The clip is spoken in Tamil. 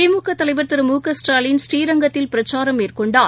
திமுகதலைவர் திரு மு க ஸ்டாலின் ஸ்ரீரங்கத்தில் பிரச்சாரம் மேற்கொண்டார்